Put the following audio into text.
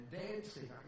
dancing